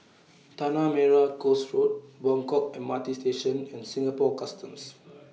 Tanah Merah Coast Road Buangkok M R T Station and Singapore Customs